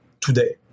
today